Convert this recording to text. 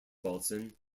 baltzan